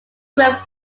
grove